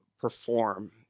perform